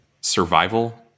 survival